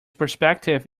perspective